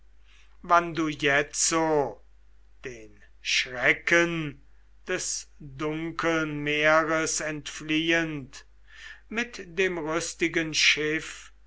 wann du jetzo den schrecken des dunkeln meeres entfliehend mit dem rüstigen schiff